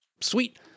sweet